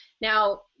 Now